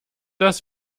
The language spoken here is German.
das